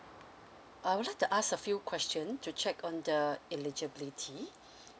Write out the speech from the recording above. I would like to ask a few questions to check on the eligibility